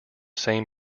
same